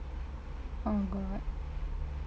oh my god